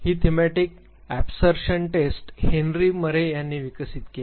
ही thematic apperception test Henry Murray यांनी विकसित केली